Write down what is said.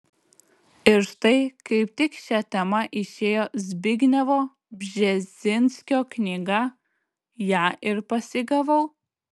ir štai kaip tik šia tema išėjo zbignevo bžezinskio knyga ją ir pasigavau